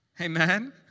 Amen